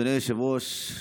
אדוני היושב-ראש,